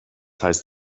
heißt